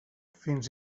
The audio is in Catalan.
fins